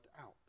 out